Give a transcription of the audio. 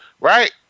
Right